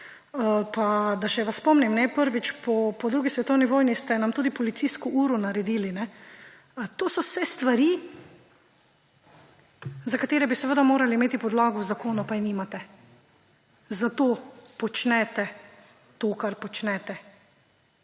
Pa da vas še spomnim, prvič po 2. svetovni vojni ste nam tudi policijsko uro naredili. To so vse stvari, za katere bi seveda morali imeti podlago v zakonu, pa je nimate. Zato počnete to, kar počnete.